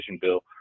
bill